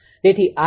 તેથી આર